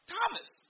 Thomas